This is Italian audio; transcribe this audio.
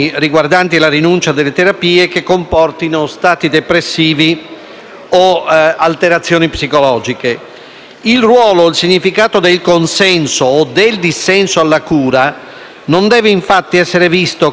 Il ruolo e il significato del consenso o del dissenso alla cura non deve infatti essere visto come il fondamento dell'attività medica, bensì come il suo limite.